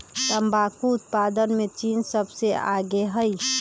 तंबाकू उत्पादन में चीन सबसे आगे हई